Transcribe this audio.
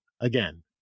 Again